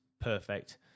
Perfect